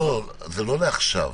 זה לא לעכשיו.